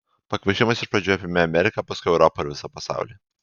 pakvaišimas iš pradžių apėmė ameriką paskui europą ir visą pasaulį